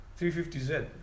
350Z